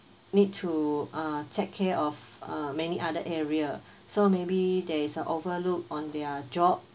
need to uh take care of uh many other area so maybe there is uh overlook on their job